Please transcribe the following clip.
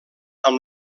amb